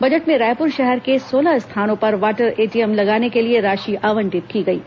budget में रायपुर शहर के सोलह स्थानों पर वाटर एटीएम लगाने के लिए राशि आवंटित की गई है